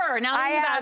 Now